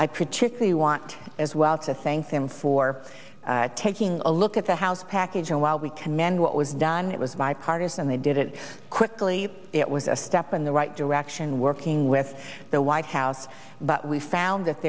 i particularly want to as well to thank them for taking a look at the house package and while we commend what was done it was bipartisan they did it quickly it was a step in the right direction working with the white house but we found that